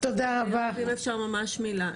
אם אפשר ממש מילה.